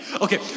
Okay